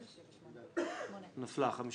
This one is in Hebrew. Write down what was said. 8 נמנעים,